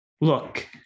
look